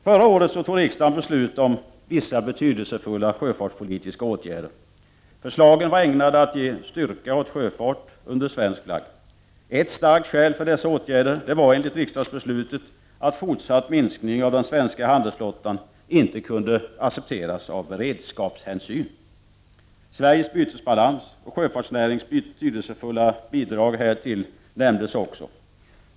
Förra året fattade riksdagen beslut om vissa betydelsefulla sjöfartspolitiska åtgärder. Förslagen var ägnade att ge styrka åt sjöfart under svensk flagg. Ett starkt skäl för dessa åtgärder var enligt riksdagsbeslutet att fortsatt minskning av den svenska handelsflottan ej kunde accepteras av beredskapshänsyn. Sveriges bytesbalans och sjöfartsnärings betydelsfulla bidrag härtill nämndes också.